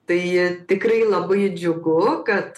tai tikrai labai džiugu kad